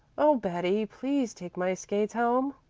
oh. betty, please take my skates home,